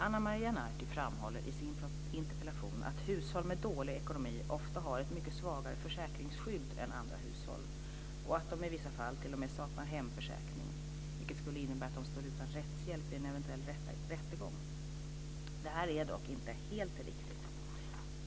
Ana Maria Narti framhåller i sin interpellation att hushåll med dålig ekonomi ofta har ett mycket svagare försäkringsskydd än andra hushåll, och att de i vissa fall t.o.m. saknar hemförsäkring, vilket skulle innebära att de står utan rättshjälp i en eventuell rättegång. Detta är dock inte helt riktigt.